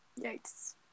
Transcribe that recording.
Yikes